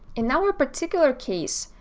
in our particular case,